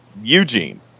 Eugene